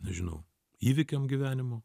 nežinau įvykiam gyvenimo